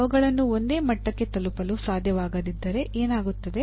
ಅವುಗಳನ್ನು ಒಂದೇ ಮಟ್ಟಕ್ಕೆ ತಲುಪಲು ಸಾಧ್ಯವಾಗದಿದ್ದರೆ ಏನಾಗುತ್ತದೆ